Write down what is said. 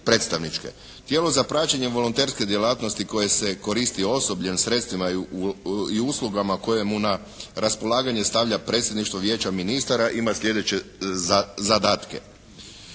Tijelo za praćenje volonterske djelatnosti koje se koristi osoblje, sredstvima i uslugama koje mu na raspolaganje stavlja Predsjedništvo Vijeća ministara ima sljedeće zadatke: